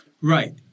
Right